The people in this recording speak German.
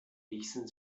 ließen